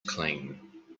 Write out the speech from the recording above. clean